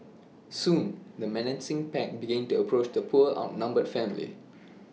soon the menacing pack began to approach the poor outnumbered family